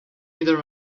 either